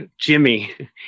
Jimmy